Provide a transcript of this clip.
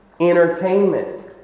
Entertainment